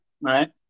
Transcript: Right